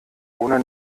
ohne